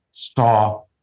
saw